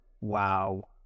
Wow